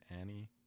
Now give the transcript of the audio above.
Annie